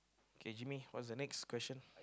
K give me what's the next question